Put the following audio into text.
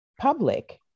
public